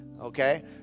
okay